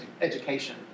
education